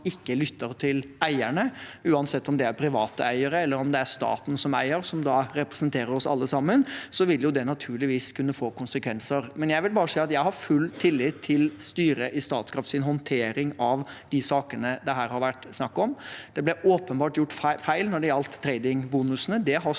ikke lytter til eierne, uansett om det er private eiere eller det er staten som eier – som da representerer oss alle sammen – vil det naturligvis kunne få konsekvenser. Jeg har full tillit til styret i Statkraft sin håndtering av de sakene det her har vært snakk om. Det ble åpenbart gjort feil når det gjaldt trading-bonusene.